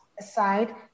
aside